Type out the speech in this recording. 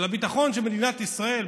על הביטחון של מדינת ישראל,